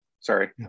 Sorry